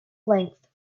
length